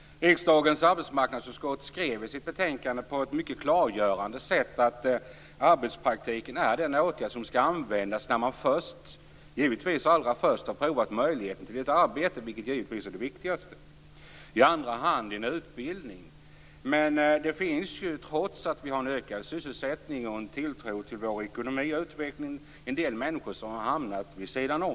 Riksdagens arbetsmarknadsutskott skrev i sitt betänkande på ett mycket klargörande sätt att arbetspraktiken är den åtgärd som skall användas när man i första hand har provat möjligheten till ett arbete. Det är givetvis det viktigaste. I andra hand skall den arbetssökande erbjudas utbildning. Trots att sysselsättningen ökar och det finns tilltro till vår ekonomi och utveckling har en del människor hamnat vid sidan om.